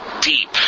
deep